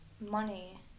money